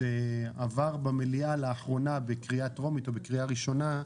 שעבר במליאה לאחרונה בקריאה טרומית או בקריאה ראשונה,